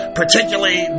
particularly